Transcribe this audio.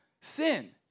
sin